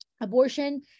abortion